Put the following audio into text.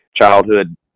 Childhood